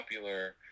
popular